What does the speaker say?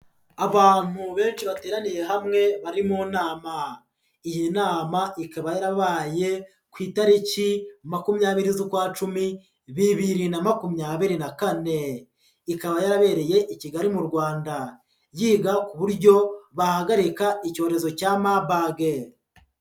Abantu benshi bateraniye hamwe bari mu nama, iyi nama ikaba yarabaye ku itariki makumyabiri z'ukwa Cumi bibiri na makumyabiri na kane, ikaba yarabereye i Kigali mu Rwanda yiga ku buryo bahagarika icyorezo cya Marburg.